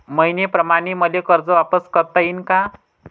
मईन्याप्रमाणं मले कर्ज वापिस करता येईन का?